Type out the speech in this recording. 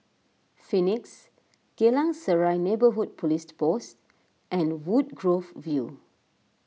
Phoenix Geylang Serai Neighbourhood Police Post and Woodgrove View